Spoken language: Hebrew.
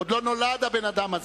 עוד לא נולד הבן-אדם הזה.